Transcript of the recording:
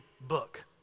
book